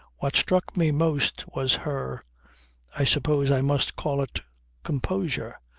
what struck me most was her i suppose i must call it composure.